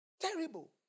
terrible